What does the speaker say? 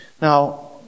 Now